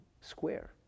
square